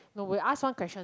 no we'll ask one question